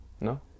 no